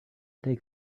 take